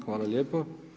Hvala lijepo.